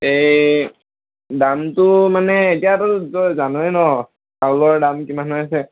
এই দামটো মানে এতিয়াতো তই জানই নহয় ন চাউলৰ দাম কিমান হৈ আছে